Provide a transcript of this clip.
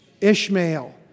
Ishmael